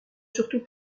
surtout